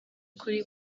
kuri